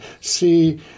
See